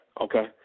okay